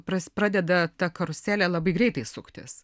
pradeda ta karuselė labai greitai suktis